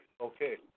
Okay